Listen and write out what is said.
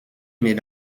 mes